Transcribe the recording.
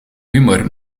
humor